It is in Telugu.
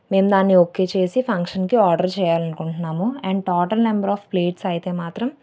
మేము దాన్ని ఓకే చేసి ఫంక్షన్కి ఆర్డర్ చేయాలి అనుకుంటున్నాము and total number of plates అయితే మాత్రం